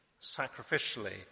sacrificially